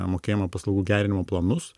mokėjimo paslaugų gerinimo planus